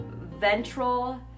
ventral